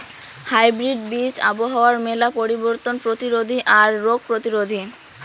hybrid বীজ আবহাওয়ার মেলা পরিবর্তন প্রতিরোধী আর রোগ প্রতিরোধী